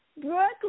Brooklyn